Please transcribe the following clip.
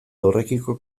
horrekiko